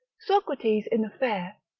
socrates in a fair,